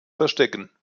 verstecken